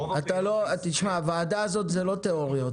רוב הפעילות --- הוועדה הזאת זה לא תאוריות,